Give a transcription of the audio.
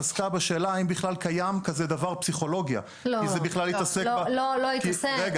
כי זה בכלל התעסק בפסיכיאטריה.